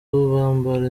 bambara